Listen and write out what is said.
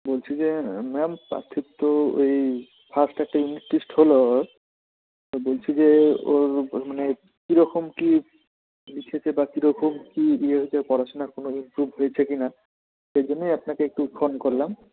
বলছি যে ম্যাম পার্থিব তো ওই ফাস্ট অ্যাটাইমেন টিস্ট হল ওর তো বলছি যে ওর মানে কীরকম কী লিখেছে বা কীরকম কি ইয়েতে পড়াশুনায় কোনোও ইম্প্রুভ হয়েছে কি না সেই জন্যই আপনাকে একটু ফোন করলাম